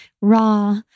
raw